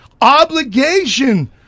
obligation